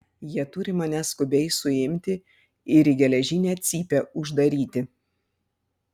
jie turi mane skubiai suimti ir į geležinę cypę uždaryti